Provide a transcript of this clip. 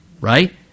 right